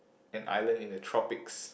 an island in the tropics